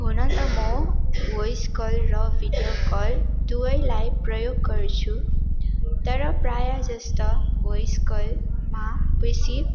हुन त म भोइस कल र भिडियो कल दुवैलाई प्रयोग गर्छु तर प्रायः जस्तो भोइस कलमा बेसी